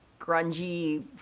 grungy